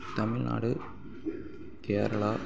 Tamil Nadu Kerala